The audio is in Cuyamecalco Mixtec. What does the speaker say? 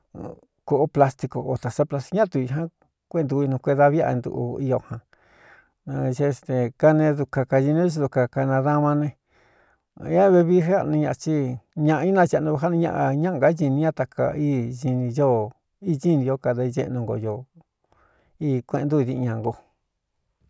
Kōꞌo plastico otā saplai ñá tu iꞌjan kuéꞌentū inu kue da viꞌa ntuꞌu ío jan asésde kanee duka kañini ñó tsi duka canadaan má ne ña vevií é ꞌni ñaati ñāꞌa ínachēꞌnujáꞌni ñaꞌa ñáꞌ ngá ñini ña taka ini ño isini ó kada iseꞌnu nko ō i kueꞌen ntú idiꞌi ña nko.